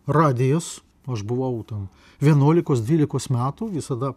radijus aš buvau ten vienuolikos dvylikos metų visada